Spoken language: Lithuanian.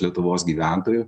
lietuvos gyventojų